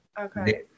okay